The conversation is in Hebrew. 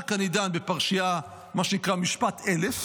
אני דן רק בפרשייה שנקראת משפט 1,000,